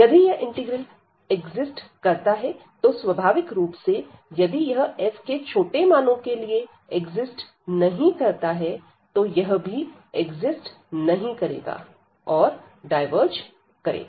यदि यह integral exist करता है तो स्वाभाविक रूप से यदि यह f के छोटे मानो के लिए एक्जिस्ट नहीं करता है तो यह भी एक्जिस्ट नहीं करेगा और डायवर्ज करेगा